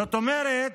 זאת אומרת,